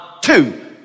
Two